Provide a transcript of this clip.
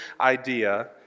idea